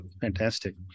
Fantastic